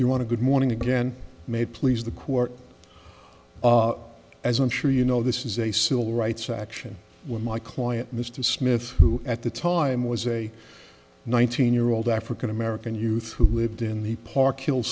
you want to good morning again may please the court as i'm sure you know this is a civil rights action with my client mr smith who at the time was a nineteen year old african american youth who lived in the park hill